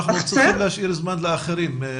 אנחנו צריכים להשאיר זמן לאחרים.